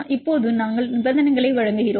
இப்போது நாங்கள் நிபந்தனைகளை வழங்குகிறோம்